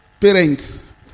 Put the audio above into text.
Parents